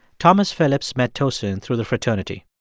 thomas phillips met tosin through the fraternity.